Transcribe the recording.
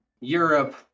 Europe